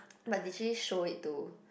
but did she show it to